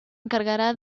encargará